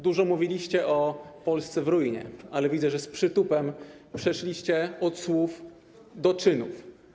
Dużo mówiliście o Polsce w ruinie, ale widzę, że z przytupem przeszliście od słów do czynów.